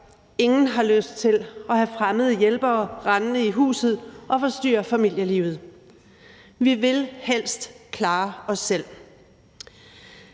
Ingen har lyst til at have fremmede hjælpere rendende i huset og få forstyrret familielivet. Vi vil helst klare os selv.